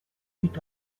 vuit